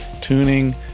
tuning